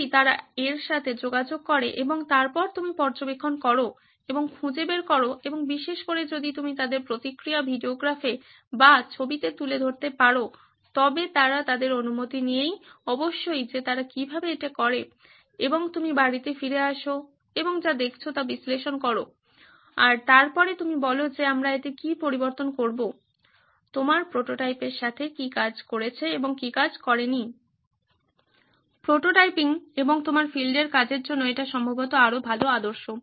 যদি তারা এর সাথে যোগাযোগ করে এবং তারপর তুমি পর্যবেক্ষণ করো এবং খুঁজে বের করো এবং বিশেষ করে যদি তুমি তাদের প্রতিক্রিয়া ভিডিওগ্রাফে বা ছবিতে তুলে ধরতে পারো তবে তারা তাদের অনুমতি নিয়েই অবশ্যই যে তারা কীভাবে এটি করে এবং তুমি বাড়িতে ফিরে আসো এবং যা দেখেছো তা বিশ্লেষণ করো এবং তারপরে তুমি বলো যে আমরা এতে কী পরিবর্তন করবো তোমার প্রোটোটাইপের সাথে কী কাজ করেছে এবং কী কাজ করে নি প্রোটোটাইপিং এবং তোমার ফিল্ডের কাজের জন্য এটি সম্ভবত আরো ভালো আদর্শ